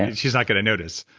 and she's not going to notice